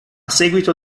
seguito